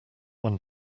one